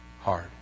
hard